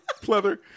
pleather